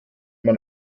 man